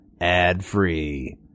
ad-free